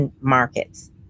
markets